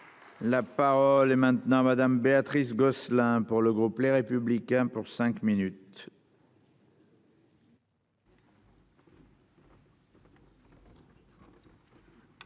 La parole est maintenant madame Béatrice Gosselin pour le groupe Les Républicains pour cinq minutes.